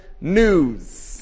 News